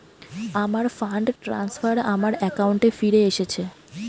আমার fund transfer আমার অ্যাকাউন্টে ফিরে এসেছে